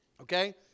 okay